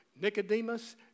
Nicodemus